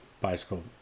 bicycle